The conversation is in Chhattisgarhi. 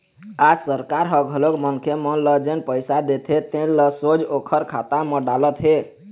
आज सरकार ह घलोक मनखे मन ल जेन पइसा देथे तेन ल सोझ ओखर खाता म डालत हे